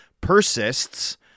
persists